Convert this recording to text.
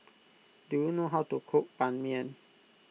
do you know how to cook Ban Mian